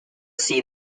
see